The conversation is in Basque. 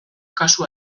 kasu